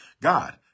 God